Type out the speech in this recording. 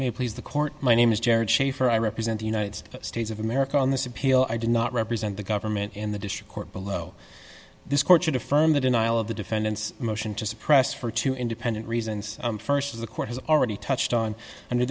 may please the court my name is jared schaefer i represent the united states of america on this appeal i did not represent the government in the district court below this court should affirm the denial of the defendant's motion to suppress for two independent reasons st as the court has already touched on under